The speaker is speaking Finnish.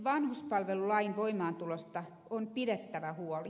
vanhuspalvelulain voimaantulosta on pidettävä huoli